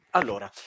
allora